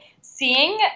seeing